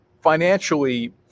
Financially